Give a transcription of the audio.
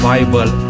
Bible